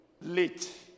late